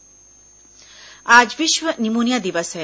विश्व निमोनिया दिवस आज विश्व निमोनिया दिवस है